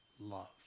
love